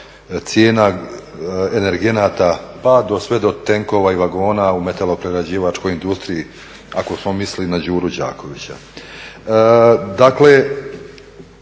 cijena energenata, pa sve do tenkova i vagona u metaloprerađivačkoj industriji ako smo mislili na Đuru Đakovića. Dakle,